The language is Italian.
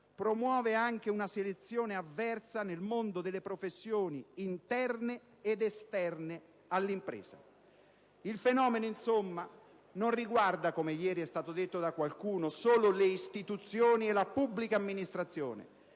promuove anche una selezione avversa nel mondo delle professioni interne ed esterne all'impresa. Il fenomeno, insomma, non riguarda - come ieri è stato detto da qualcuno - solo le istituzioni e la pubblica amministrazione,